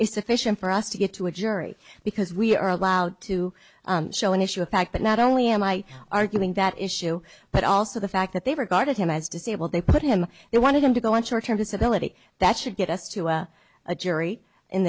is sufficient for us to get to a jury because we are allowed to show an issue of fact that not only am i arguing that issue but also the fact that they regarded him as disabled they put him they wanted him to go on short term disability that should get us to a jury in